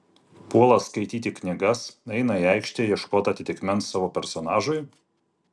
puola skaityti knygas eina į aikštę ieškot atitikmens savo personažui